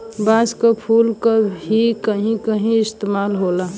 बांस क फुल क भी कहीं कहीं इस्तेमाल होला